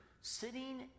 sitting